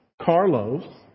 Carlos